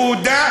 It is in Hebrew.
הוא הודה,